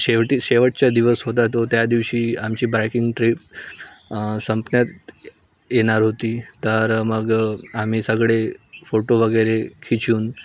शेवटी शेवटच्या दिवस होता तो त्या दिवशी आमची बायकिंग ट्रीप संपण्यात येणार होती तर मग आम्ही सगळे फोटो वगैरे खिचून